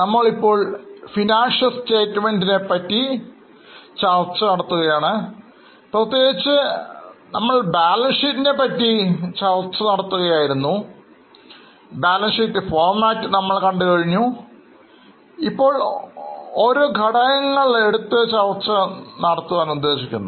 നമ്മൾ ഇപ്പോൾ Financial statements പറ്റി ചർച്ച ചെയ്യുകയാണ് പ്രത്യേകിച്ച് നമ്മൾ ബാലൻസ് ഷീറ്റ് നെ കുറിച്ച് ചർച്ച ചെയ്യുകയായിരുന്നു ബാലൻസ് ഷീറ്റ് ഫോർമാറ്റ് നമ്മൾ കണ്ടു ഇപ്പോൾ നമ്മൾ ഓരോ ഘടകങ്ങളും ചർച്ചചെയ്യുന്നു